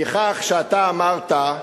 מכך שאתה אמרת,